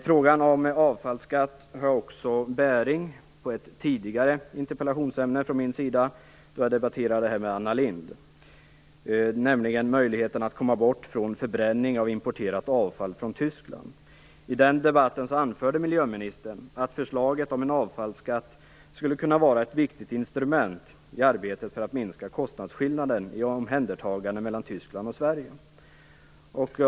Frågan om avfallskatt har också bäring på ett tidigare interpellationsämne från min sida, då jag debatterade det med Anna Lindh, nämligen möjligheten att komma bort från förbränning av importerat avfall från Tyskland. I den debatten anförde miljöministern att förslaget om en avfallsskatt skulle kunna vara ett viktigt instrument i arbetet för att minska kostnadsskillnader i omhändertagande mellan Tyskland och Sverige.